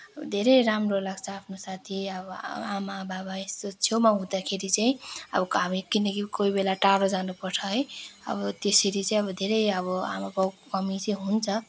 धेरै राम्रो लाग्छ आफ्नो साथी अब आमा बाबा यस्तो छेउमा हुँदाखेरि चाहिँ अब हामी किनकि कोही बेला टाढो जानुपर्छ है अब त्यसरी चाहिँ अब धेरै अब आमा बाउको कमी चाहिँ हुन्छ